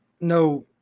no –